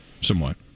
somewhat